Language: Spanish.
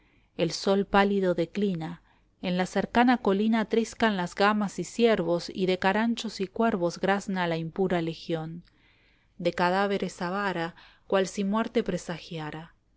el sol pálido declina en la cercana colina triscan las gamas y ciervos y de caranchos y cuervos grazna la impura legión de cadáveres avara cual si muerte presagiara así